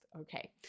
Okay